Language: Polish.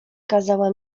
kazała